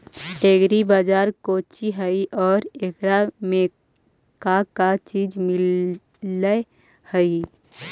Agri बाजार कोची हई और एकरा में का का चीज मिलै हई?